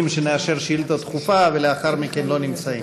שנאשר שאילתה דחופה ולאחר מכן לא נמצאים.